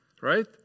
right